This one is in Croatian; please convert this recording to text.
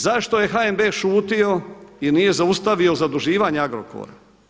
Zašto je HNB šutio i nije zaustavio zaduživanja Agrokora?